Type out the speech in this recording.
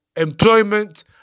employment